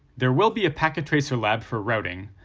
there will be a packet tracer lab for routing,